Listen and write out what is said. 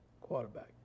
quarterback